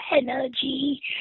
energy